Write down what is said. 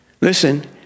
listen